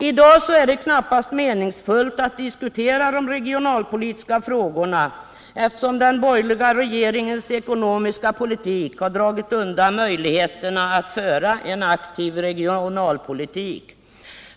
I dag är det knappast meningsfullt att diskutera de regionalpolitiska frågorna, eftersom den borgerliga regeringens ekonomiska politik har dragit undan möjligheterna att föra en aktiv regionalpolitik.